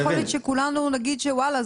יכול להיות שכולנו נגיד שוואלה,